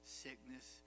sickness